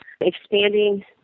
expanding